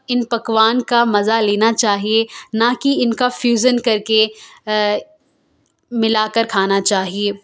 ان پکوان کا مزہ لینا چاہیے نہ کہ ان کا فیوزن کرکے ملا کر کھانا چاہیے